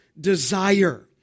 desire